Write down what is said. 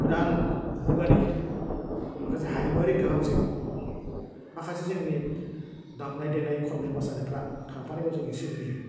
गोदान मुगानि माखासे हारिमुवारि गोहोमजों माखासे जोंनि दामनाय देनाय खन्नाय मोसानायफ्रा थांफानायखौ जों एसे नुयो